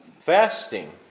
fasting